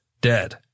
dead